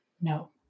No